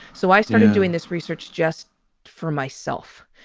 so i started doing this research just for myself.